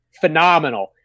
phenomenal